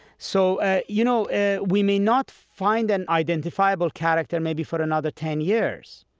so ah you know ah we may not find an identifiable character maybe for another ten years,